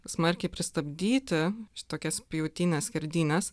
smarkiai pristabdyti šitokias pjautynes skerdynes